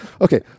Okay